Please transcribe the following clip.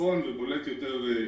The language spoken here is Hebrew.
בצפון ובדרום.